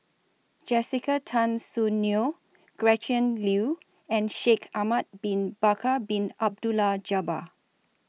Jessica Tan Soon Neo Gretchen Liu and Shaikh Ahmad Bin Bakar Bin Abdullah Jabbar